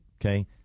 Okay